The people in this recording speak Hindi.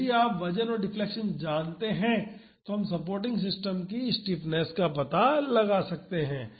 तो यदि आप वजन और डिफ्लेक्शन जानते हैं तो हम सपोर्टिंग सिस्टम की स्टिफनेस का पता लगा सकते हैं